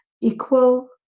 equal